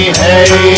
hey